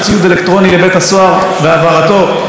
עם העברת מכתב שאסור על פי פקודת בתי הסוהר.